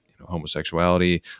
homosexuality